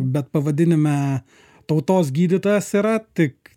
bet pavadinime tautos gydytojas yra tik